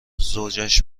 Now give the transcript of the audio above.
زوجهاش